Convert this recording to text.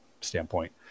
standpoint